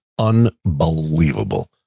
unbelievable